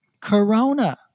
Corona